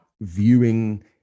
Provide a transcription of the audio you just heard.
viewing